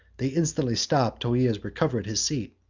they instantly stop till he has recovered his seat.